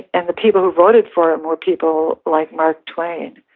and the people who voted for him were people like mark twain.